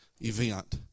event